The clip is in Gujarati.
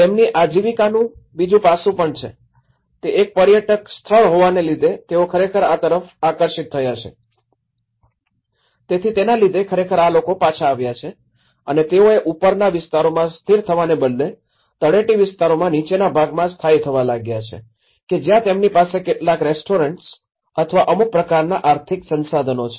તેમની આજીવિકાનું બીજું પાસું પણ છે તે એક પર્યટક સ્થળ હોવાને લીધે તેઓ ખરેખર આ તરફ આકર્ષિત થયા છે તેથી તેના લીધે ખરેખર આ લોકો પાછા આવ્યા છે અને તેઓએ ઉપરના વિસ્તારોમાં સ્થિર થવાને બદલે તળેટી વિસ્તારમાં નીચેના ભાગમાં સ્થાયી થવા લાગ્યા છે કે જ્યાં તેમની પાસે કેટલાક રેસ્ટોરન્ટ્સ અથવા અમુક પ્રકારના આર્થિક સંસાધનો છે